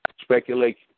speculation